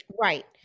Right